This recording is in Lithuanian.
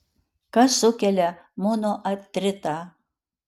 kas sukelia monoartritą